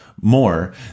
More